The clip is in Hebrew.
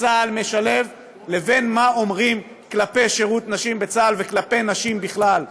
צה"ל משלב ובין מה שאומרים כלפי שירות נשים בצה"ל וכלפי נשים בכלל.